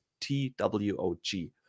T-W-O-G